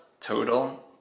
total